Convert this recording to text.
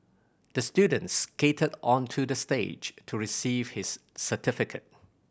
the student skated onto the stage to receive his certificate